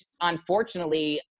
unfortunately